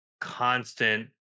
constant